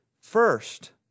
First